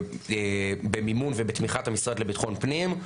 במימון ובתמיכת המשרד לביטחון פנים,